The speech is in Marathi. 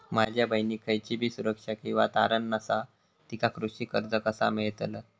माझ्या बहिणीक खयचीबी सुरक्षा किंवा तारण नसा तिका कृषी कर्ज कसा मेळतल?